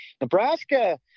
nebraska